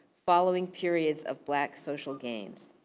following periods of black social gains.